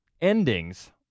endings